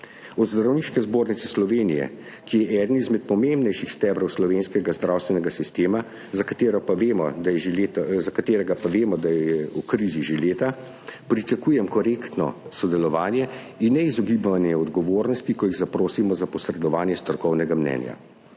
Od Zdravniške zbornice Slovenije, ki je eden izmed pomembnejših stebrov slovenskega zdravstvenega sistema, za katerega pa vemo, da je v krizi že leta, pričakujem korektno sodelovanje in ne izogibanja odgovornosti, ko jih zaprosimo za posredovanje strokovnega mnenja.